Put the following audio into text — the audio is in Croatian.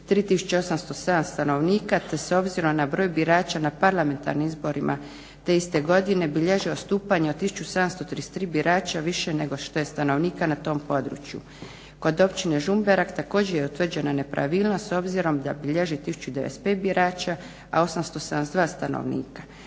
3807 stanovnika te s obzirom na broj birača na parlamentarnim izborima te iste godine bilježi odstupanje od 1733 birača više nego što je stanovnika na tom području. Kod Općine Žumberak također je utvrđena nepravilnost s obzirom da bilježi 1095 birača, a 872 stanovnika.